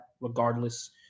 regardless